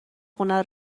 خونه